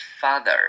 father